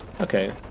Okay